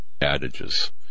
adages